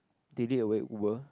did they awake were